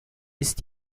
ist